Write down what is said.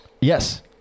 Yes